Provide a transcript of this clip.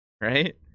right